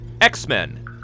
X-Men